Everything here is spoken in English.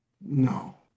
No